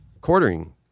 quartering